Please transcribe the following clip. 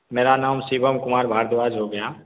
मेरा नाम शिवम कुमार भारद्वाज हो गया